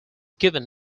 given